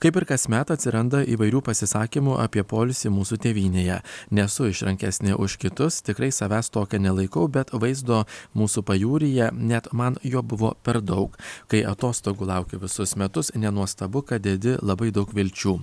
kaip ir kasmet atsiranda įvairių pasisakymų apie poilsį mūsų tėvynėje nesu išrankesnė už kitus tikrai savęs tokia nelaikau bet vaizdo mūsų pajūryje net man jo buvo per daug kai atostogų lauki visus metus nenuostabu kad dedi labai daug vilčių